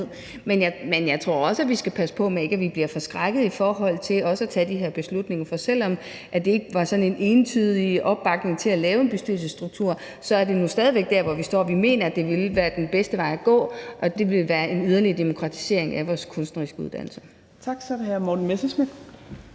Men jeg tror også, at vi skal passe på med at blive forskrækkede over at tage de her beslutninger. For selv om der ikke var sådan en entydig opbakning til at lave en bestyrelsesstruktur, er det nu stadig væk dér, vi står. Vi mener, at det vil være den bedste vej at gå, og at det vil udgøre en yderligere demokratisering af vores kunstneriske uddannelser. Kl. 18:09 Fjerde næstformand